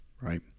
right